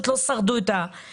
הם לא שרדו את המגיפה.